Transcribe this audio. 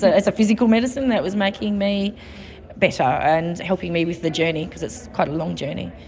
ah it's a physical medicine that was making me better and helping me with the journey because it's quite a long journey,